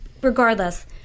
regardless